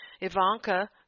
Ivanka